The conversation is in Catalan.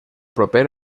proper